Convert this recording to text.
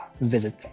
visit